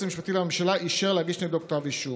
המשפטי לממשלה אישר להגיש נגדו כתב אישום.